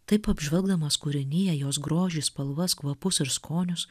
taip apžvelgdamas kūriniją jos grožį spalvas kvapus ir skonius